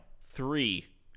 three